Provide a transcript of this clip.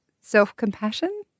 self-compassion